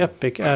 Epic